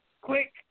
quick